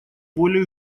более